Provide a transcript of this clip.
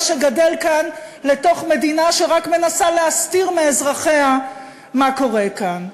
שגדל כאן לתוך מדינה שרק מנסה להסתיר מאזרחיה מה קורה כאן.